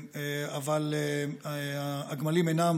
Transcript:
אבל הגמלים אינם